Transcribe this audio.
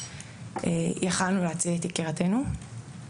יכולנו להציל את יקירתנו.